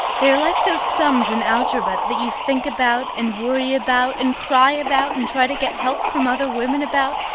they are like those sums in algebra that you think about and worry about and cry about and try to get help from other women about,